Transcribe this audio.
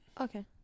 Okay